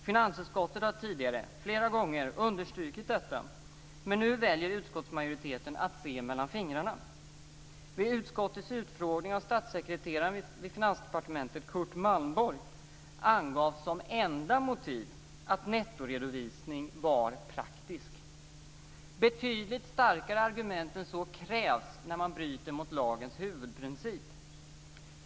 Finansutskottet har tidigare flera gånger understrukit detta, men nu väljer utskottsmajoriteten att se mellan fingrarna. Vid utskottets utfrågning av statssekreteraren vid Finansdepartementet, Curt Malmborg, angavs som enda motiv att det var praktiskt med nettoredovisning. Betydligt starkare argument än så krävs när man bryter mot lagens huvudprincip.